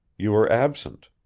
you were absent.